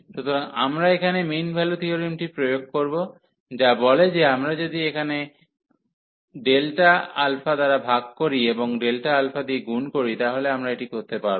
সুতরাং আমরা এখানে মিন ভ্যালু থিওরেমটি প্রয়োগ করব যা বলে যে আমরা যদি এখানে দ্বারা ভাগ করি এবং দিয়ে গুণ করি তাহলে আমরা এটি করতে পারব